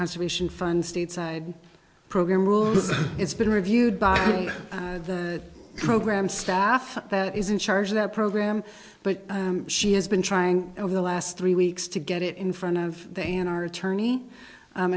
conservation fund stateside program rule it's been reviewed by the program staff that is in charge of that program but she has been trying over the last three weeks to get it in front of they and our attorney